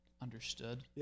understood